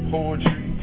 Poetry